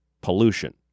pollution